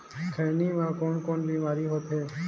खैनी म कौन कौन बीमारी होथे?